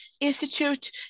institute